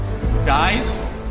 Guys